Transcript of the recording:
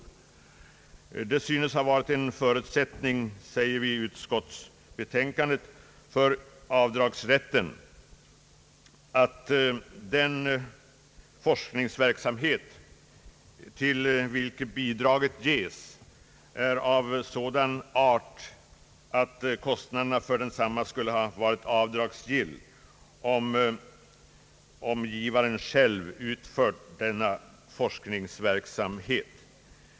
I utskottsbetänkandet säger vi, att det synes ha varit en förutsättning för avdragsrätten, att den forskningsverksamhet till vilken bidraget ges, är av sådan art, att kostnaden för densamma skulle varit avdragsgill om givaren själv utfört denna forskningsverksamhet.